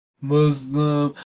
Muslim